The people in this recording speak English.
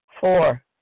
Four